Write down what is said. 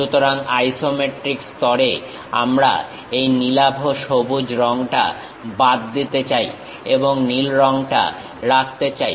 সুতরাং আইসোমেট্রিক স্তরে আমরা এই নীলাভ সবুজ রংটা বাদ দিতে চাই এবং নীল রংটা রাখতে চাই